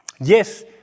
Yes